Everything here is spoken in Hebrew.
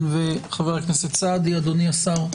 אדוני השר,